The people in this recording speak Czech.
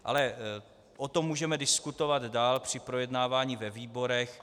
Ale o tom můžeme diskutovat dál při projednávání ve výborech.